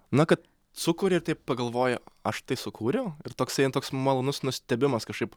na kad sukuri ir taip pagalvoji aš tai sukūriau ir toksai toks malonus nustebimas kažkaip